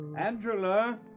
Angela